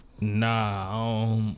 Nah